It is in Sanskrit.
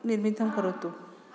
निर्मितं करोतु